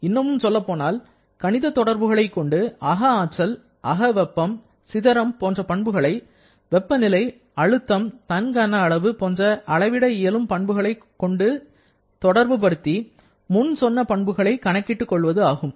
இன்னும் சொல்லப் போனால் கணித தொடர்புகளை கொண்டு அக ஆற்றல் அக வெப்பம் சிதறம் போன்ற பண்புகளை வெப்பநிலை அழுத்தம் தன் கன அளவு போன்ற அளவிட இயலும் பண்புகளை கொண்டு தொடர்புபடுத்தி முன் சொன்ன பண்புகளை கணக்கிட்டுக் கொள்வது ஆகும்